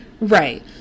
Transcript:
right